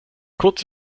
kurz